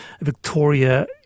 Victoria